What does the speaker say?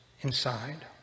inside